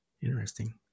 Interesting